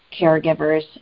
caregivers